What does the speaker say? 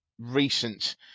recent